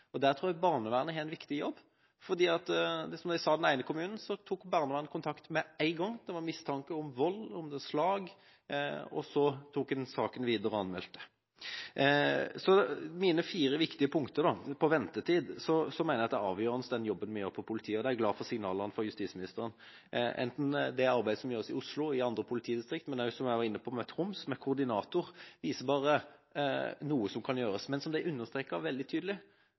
kommuner. Der tror jeg barnevernet har en viktig jobb å gjøre. De sa om den ene kommunen at barnevernet tok kontakt med én gang det var mistanke om vold, om slag, og så tok en saken videre og anmeldte. Så til mine fire viktige punkter. Når det gjelder ventetid, mener jeg den jobben vi gjør på politiområdet, er avgjørende. Jeg er glad for signalene fra justisministeren. Det arbeidet som gjøres i Oslo og i andre politidistrikter, og også av koordinator i Troms, som jeg var inne på, viser bare noe av det som kan gjøres. Men som det ble understreket veldig tydelig: